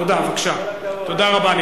תודה רבה.